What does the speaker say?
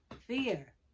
fear